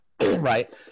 Right